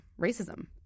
racism